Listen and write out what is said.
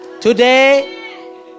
Today